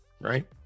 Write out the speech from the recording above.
Right